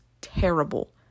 terrible